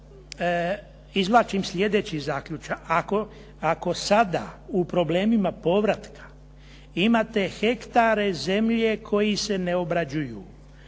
izvlačim slijedeći zaključak. Ako sada u problemima povratka imate hektare zemlje koji se ne obrađuju